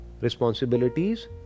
Responsibilities